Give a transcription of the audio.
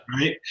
Right